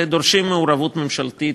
ודורשות מעורבות ממשלתית,